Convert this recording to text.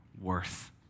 worth